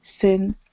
sin